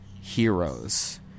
heroes